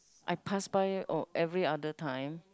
I pass by oh every other time